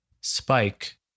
spike